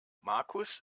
markus